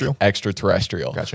extraterrestrial